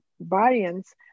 variants